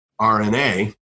RNA